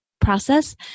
process